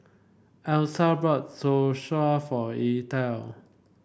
Elyssa bought Zosui for Etha